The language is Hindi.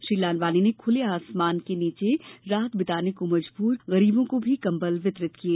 श्री लालवानी ने खुले आसमान के नीचे रात बिताने को मजबूर गरीबों को भी कंबल वितरित किए